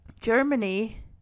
Germany